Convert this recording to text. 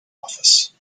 office